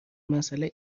مساله